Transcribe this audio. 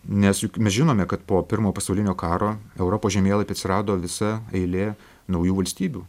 nes juk mes žinome kad po pirmo pasaulinio karo europos žemėlapy atsirado visa eilė naujų valstybių